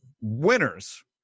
Winners